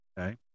okay